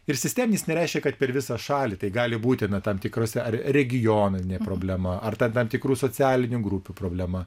ir sisteminis nereiškia kad per visą šalį tai gali būti tam tikrose ar regioninė problema ar tam tikrų socialinių grupių problema